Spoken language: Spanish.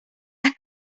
las